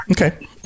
Okay